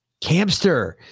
Camster